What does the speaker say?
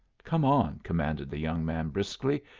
come on, commanded the young man briskly.